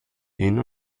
ihn